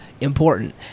important